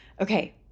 Okay